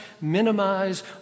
minimize